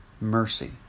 mercy